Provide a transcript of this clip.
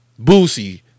Boosie